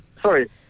Sorry